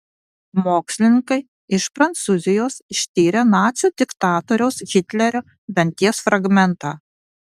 mokslininkai iš prancūzijos ištyrė nacių diktatoriaus hitlerio danties fragmentą